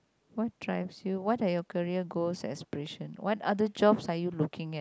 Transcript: what drives you what are your career goes expression what other jobs are you looking at